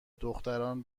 دختران